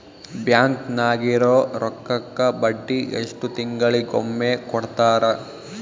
Bank ನಾಗಿರೋ ರೊಕ್ಕಕ್ಕ ಬಡ್ಡಿ ಎಷ್ಟು ತಿಂಗಳಿಗೊಮ್ಮೆ ಕೊಡ್ತಾರ?